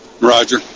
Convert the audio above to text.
Roger